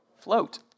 float